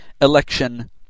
Election